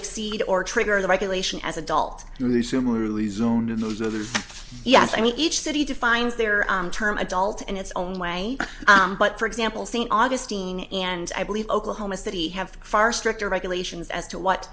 exceed or trigger the regulation as adult yes i mean each city defines their term adult and its own way but for example st augustine and i believe oklahoma city have far stricter regulations as to what